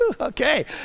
okay